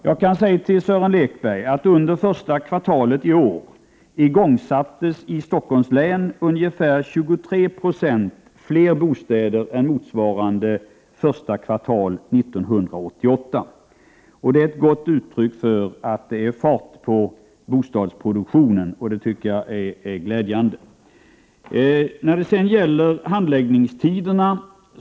Jag kan säga till Sören Lekberg att under första kvartalet i år igångsattes i Stockholms län byggandet av ungefär 23 260 fler bostäder än under första kvartalet 1988. Det är ett bra bevis för att det är fart på bostadsproduktionen och det tycker jag är glädjande. Så något om handläggningstiderna.